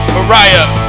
Mariah